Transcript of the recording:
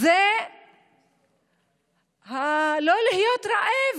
זה לא להיות רעב,